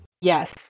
yes